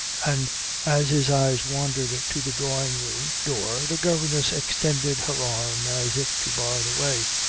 and as his eyes wandered to the drawing-room door the governess extended her arm as if to bar the way.